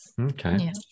Okay